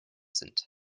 sind